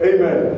Amen